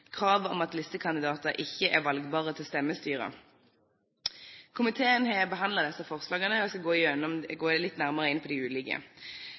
krav om at listekandidater ikke er valgbare til stemmestyrer. Komiteen har behandlet disse forslagene, og jeg skal gå litt nærmere inn på de ulike